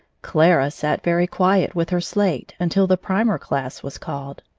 clara sat very quiet with her slate until the primer class was called.